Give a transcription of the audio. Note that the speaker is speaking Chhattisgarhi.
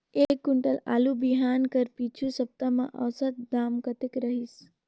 एक कुंटल आलू बिहान कर पिछू सप्ता म औसत दाम कतेक रहिस?